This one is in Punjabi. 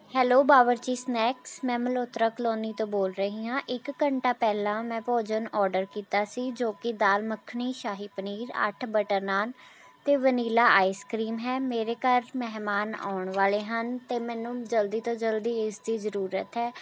ਹੈਲੋ ਬਾਬਰ ਜੀ ਸਨੈਕਸ ਮੈਂ ਮਲਹੋਤਰਾ ਕਲੋਨੀ ਤੋਂ ਬੋਲ਼ ਰਹੀ ਹਾਂ ਇਕ ਘੰਟਾ ਪਹਿਲਾਂ ਮੈਂ ਭੋਜਨ ਆਰਡਰ ਕੀਤਾ ਸੀ ਜੋ ਕਿ ਦਾਲ ਮੱਖਣੀ ਸ਼ਾਹੀ ਪਨੀਰ ਅੱਠ ਬਟਰ ਨਾਨ ਅਤੇ ਵਨੀਲਾ ਆਈਸ ਕਰੀਮ ਹੈ ਮੇਰੇ ਘਰ ਮਹਿਮਾਨ ਆਉਣ ਵਾਲੇ ਹਨ ਅਤੇ ਮੈਨੂੰ ਜਲਦੀ ਤੋਂ ਜਲਦੀ ਇਸ ਦੀ ਜ਼ਰੂਰਤ ਹੈ